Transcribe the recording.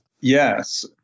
Yes